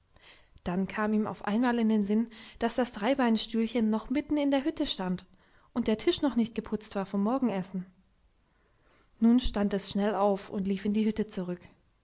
dann kam ihm auf einmal in den sinn daß das dreibeinstühlchen noch mitten in der hütte stand und der tisch noch nicht geputzt war vom morgenessen nun sprang es schnell auf und lief in die hütte zurück